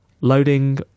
Loading